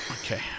Okay